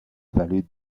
vallée